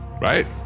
right